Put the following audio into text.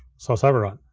source override.